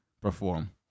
perform